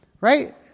Right